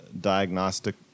diagnostic